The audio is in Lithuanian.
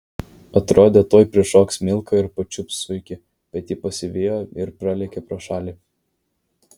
atrodė tuoj prišoks milka ir pačiups zuikį bet ji pasivijo ir pralėkė pro šalį